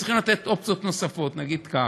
צריך לתת אופציות נוספות, נגיד כך.